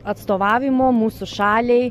atstovavimo mūsų šaliai